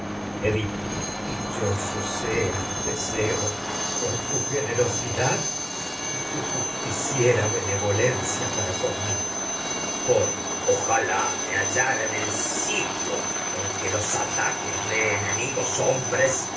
edipo dichoso seas teseo por tu generosidad y tu justiciera benevolencia para conmigo coro ojalá me hallara en el sitio en que los ata ques de enemigos hombres